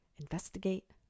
investigate